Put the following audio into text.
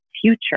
future